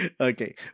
Okay